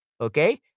okay